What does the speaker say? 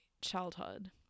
childhood